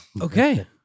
Okay